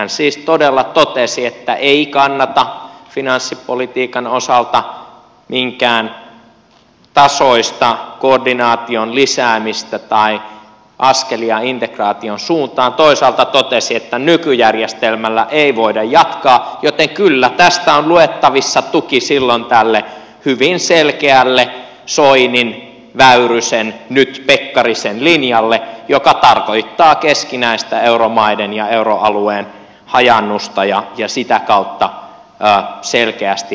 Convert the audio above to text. hänhän siis todella totesi että ei kannata finanssipolitiikan osalta minkään tasoista koordinaation lisäämistä tai askelia integraation suuntaan toisaalta totesi että nykyjärjestelmällä ei voida jatkaa joten kyllä tästä on luettavassa tuki silloin tälle hyvin selkeälle soinin väyrysen nyt pekkarisen linjalle joka tarkoittaa keskinäistä euromaiden ja euroalueen hajaannusta ja sitä kautta selkeästi tätä tietä